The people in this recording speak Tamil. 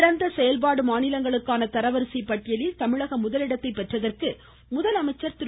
சிறந்த செயல்பாடு மாநிலங்களுக்கான தரவரிசை பட்டியலில் தமிழகம் முதலிடத்தை பெற்றதற்கு முதலமைச்சர் திரு